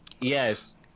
yes